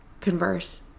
converse